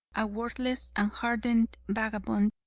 a worthless and hardened vagabond,